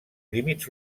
límits